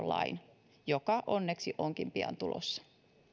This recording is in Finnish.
lain joka onneksi onkin pian tulossa